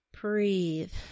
breathe